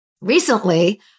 Recently